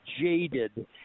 jaded